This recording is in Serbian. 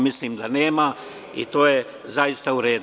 Mislim da nema i to je zaista u redu.